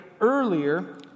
earlier